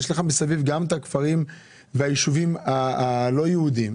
יש לך מסביב את הכפרים והיישובים הלא יהודים.